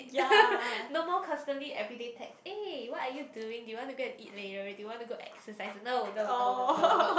no more constantly everyday text eh what are you doing do you want to go and eat later do you want to go exercise no no no no no no